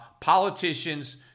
politicians